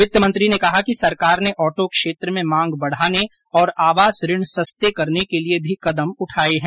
वित्तमंत्री ने कहा कि सरकार ने ऑटो क्षेत्र में मांग बढ़ाने और आवास ऋण सस्ते करने के लिए भी कदम उठाए हैं